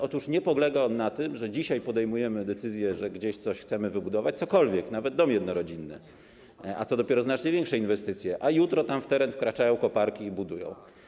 Otóż nie polega on na tym, że dzisiaj podejmujemy decyzję, że gdzieś coś chcemy wybudować - cokolwiek, nawet dom jednorodzinny, a co dopiero znacznie większe inwestycje - a jutro na ten teren wkraczają koparki i budują.